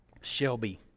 Shelby